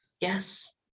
yes